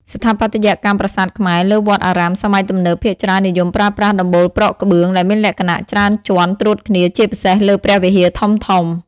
ស្ថាបត្យកម្មប្រាសាទខ្មែរលើវត្តអារាមសម័យទំនើបភាគច្រើននិយមប្រើប្រាស់ដំបូលប្រក់ក្បឿង ដែលមានលក្ខណៈច្រើនជាន់ត្រួតគ្នា ជាពិសេសលើព្រះវិហារធំៗ។